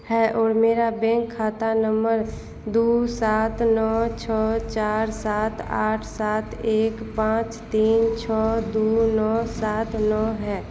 और मेरा बैंक खाता नम्बर दो सात नौ छः चार सात आठ सात एक पाँच तीन छः दो नौ सात नौ है